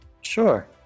sure